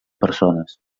persones